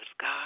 God